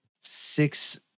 six